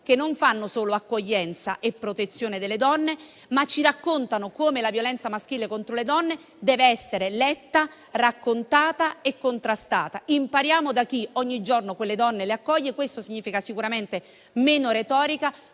che non fanno solo accoglienza e protezione delle donne, ma ci raccontano anche come la violenza maschile contro le donne deve essere letta, raccontata e contrastata. Impariamo da chi ogni giorno quelle donne le accoglie: questo significa sicuramente meno retorica,